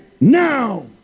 Now